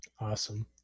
Awesome